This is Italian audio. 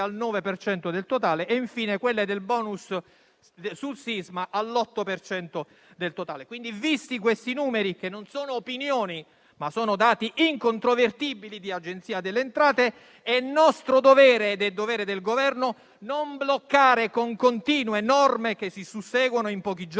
cento del totale e, infine, quelle sul bonus sul sisma all'8 per cento del totale. Visti questi numeri, che non sono opinioni, ma sono dati incontrovertibili di Agenzia delle entrate, è nostro dovere ed è dovere del Governo non bloccare con continue norme, che si susseguono in pochi giorni,